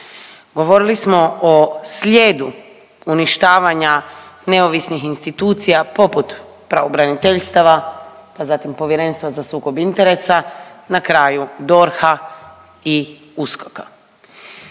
Govorili smo o slijedu uništavanja neovisnih institucija poput pravobraniteljstava pa zatim Povjerenstva za sukob interesa, na kraju DORH-a i USKOK-a.